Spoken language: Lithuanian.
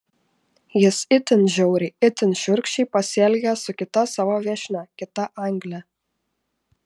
jis itin žiauriai itin šiurkščiai pasielgė su kita savo viešnia kita angle